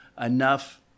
enough